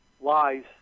lies